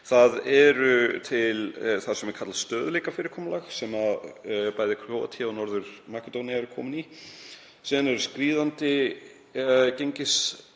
Það er til það sem er kallað stöðugleikafyrirkomulag sem bæði Króatía og Norður-Makedónía eru komin í. Síðan eru skríðandi